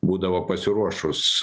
būdavo pasiruošus